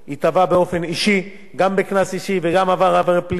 ייתבע באופן אישי גם בקנס אישי וגם עבר עבירה פלילית.